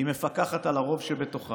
היא מפקחת על הרוב שבתוכה.